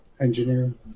Engineering